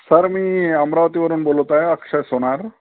sir मी अमरावतीवरून बोलत आहे अक्षय सोनार